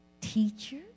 teacher